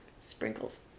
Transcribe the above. sprinkles